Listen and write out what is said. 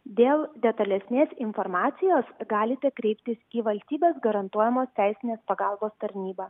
dėl detalesnės informacijos galite kreiptis į valstybės garantuojamos teisinės pagalbos tarnybą